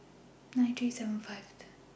nine three seven Fifth